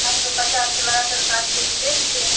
हाँ तो पचास के लगाकर पाँच के जी दे दीजिए